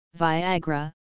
Viagra